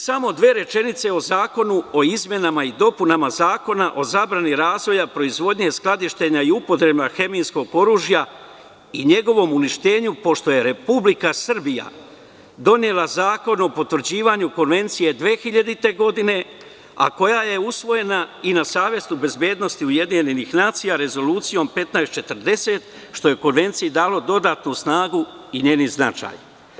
Samo dve rečenice o izmenama i dopunama Zakona o zabrani razvoja proizvodnje, skladištenja i upotrebe hemijskog oružja i njegovom uništenju, pošto je Republika Srbija donela Zakon o potvrđivanju Konvencije 2000. godine, a koja je usvojena i na Savetu bezbednosti UN Rezolucijom 1540, što je Konvenciji dalo dodatnu snagu i značaj.